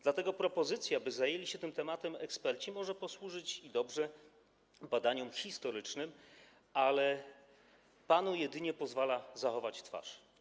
Dlatego propozycja, by zajęli się tym tematem eksperci, może dobrze służyć badaniom historycznym, ale panu jedynie pozwala zachować twarz.